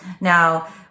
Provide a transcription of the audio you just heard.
Now